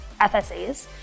FSAs